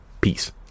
Peace